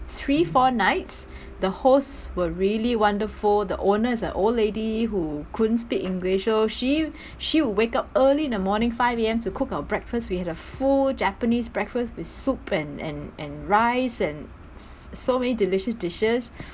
three four nights the hosts were really wonderful the owner is an old lady who couldn't speak english so she she would wake up early in the morning five A_M to cook our breakfast we had a full japanese breakfast with soup and and and rice and so many delicious dishes